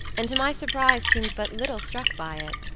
and to my surprise seemed but little struck by it,